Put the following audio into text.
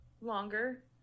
longer